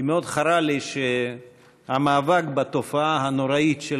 כי מאוד חרה לי שהמאבק בתופעה הנוראית של